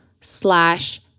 slash